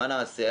מה נעשה?